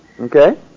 Okay